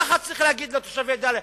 ככה צריך להגיד לתושבי דאליה,